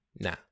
Nah